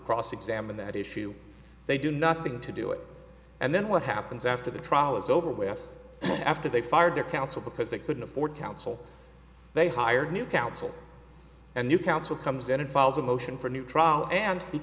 cross examine that issue they do nothing to do it and then what happens after the trial is over with after they fired their counsel because they couldn't afford counsel they hired new counsel and new counsel comes in and files a motion for a new trial and